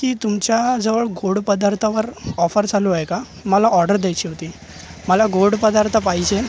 की तुमच्याजवळ गोड पदार्थावर ऑफर चालू आहे का मला ऑर्डर द्यायची होती मला गोड पदार्थ पाहिजे